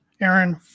Aaron